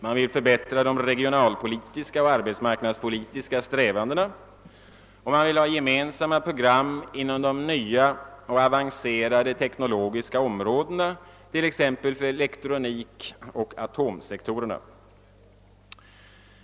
Man vill förbättra de regionalpolitiska och arbetsmarknadspolitiska strävandena, och man vill ha gemensamma program inom de nya och avancerade teknologiska områdena t.ex. för elektroteknikoch atomsektoreraa.